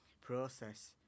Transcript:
process